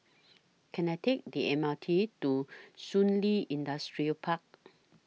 Can I Take The M R T to Shun Li Industrial Park